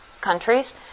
countries